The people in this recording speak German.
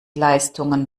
leistungen